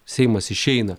seimas išeina